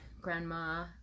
grandma